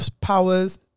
powers